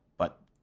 but,